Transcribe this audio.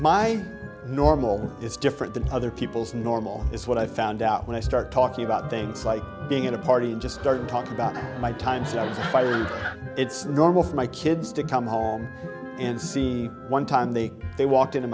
my normal is different than other people's normal is what i found out when i start talking about things like being at a party just started talking about my time so it's normal for my kids to come home and see one time they they walked in